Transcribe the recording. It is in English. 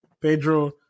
Pedro